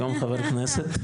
היום חבר כנסת,